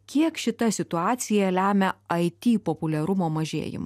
kiek šita situacija lemia ai ty populiarumo mažėjimą